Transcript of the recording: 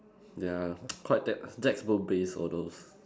ya quite text textbook based all those